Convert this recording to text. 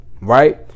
right